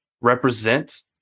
represent